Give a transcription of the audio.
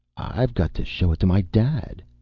i've got to show it to my dad,